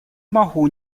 могу